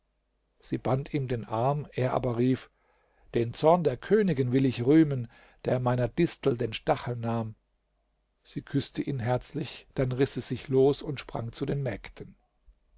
sie band ihm den arm er aber rief den zorn der königin will ich rühmen der meiner distel den stachel nahm sie küßte ihn herzlich dann riß sie sich los und sprang zu den mägden